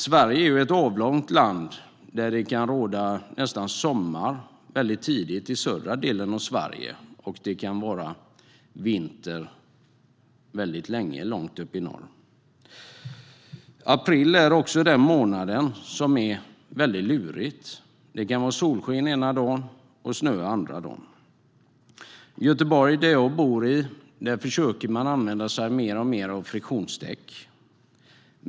Sverige är ju ett avlångt land där det kan råda nästan sommar väldigt tidigt i södra delen och vinter väldigt länge långt upp i norr. April är också en månad som är väldigt lurig. Det kan vara solsken ena dagen och snöa andra dagen. I Göteborg, där jag bor, försöker man alltmer använda sig av friktionsdäck.